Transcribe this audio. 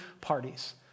parties